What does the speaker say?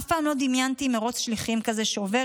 אף פעם לא דמיינתי מרוץ שליחים כזה שעובר